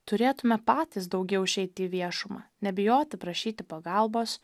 turėtume patys daugiau išeiti į viešumą nebijoti prašyti pagalbos